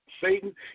Satan